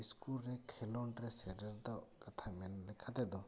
school ᱨᱮ ᱠᱷᱮᱞᱳᱰ ᱨᱮ ᱥᱮᱴᱮᱨ ᱫᱚ ᱠᱟᱛᱷᱟ ᱢᱮᱱ ᱞᱮᱠᱟ ᱛᱮᱫᱚ ᱦᱮᱸ ᱡᱚᱛᱚ ᱠᱚᱜᱮ ᱯᱟᱹᱴᱷᱩᱣᱟᱹ ᱠᱚᱫᱚ ᱥᱠᱩᱞ ᱨᱮᱠᱚ